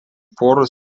poros